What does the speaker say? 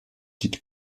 die